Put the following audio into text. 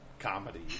comedy